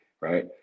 right